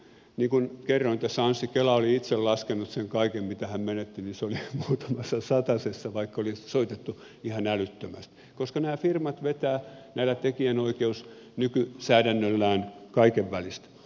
niin kuin kerroin tässä anssi kela oli itse laskenut sen kaiken mitä hän menetti ja se tulo oli muutamissa satasissa vaikka oli soitettu ihan älyttömästi koska nämä firmat vetävät nykytekijänoikeussäädännöllä kaiken välistä